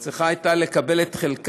הייתה צריכה לקבל את חלקה,